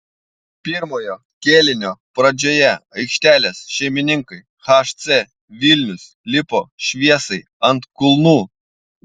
pirmojo kėlinio pradžioje aikštelės šeimininkai hc vilnius lipo šviesai ant kulnų